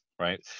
right